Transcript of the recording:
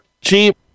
Cheap